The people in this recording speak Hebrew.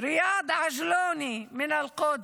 ריאד עג'לוני מאל-קודס,